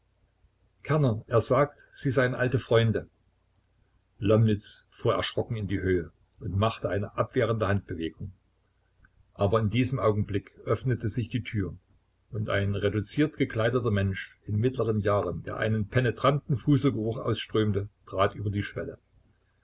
kerner er sagt sie seien alte freunde lomnitz fuhr erschrocken in die höhe und machte eine abwehrende handbewegung aber in diesem augenblick öffnete sich die tür und ein reduziert gekleideter mensch in mittleren jahren der einen penetranten fuselgeruch ausströmte trat über die schwelle